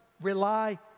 rely